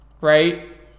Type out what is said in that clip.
Right